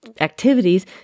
activities